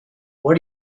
what